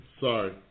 Sorry